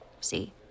See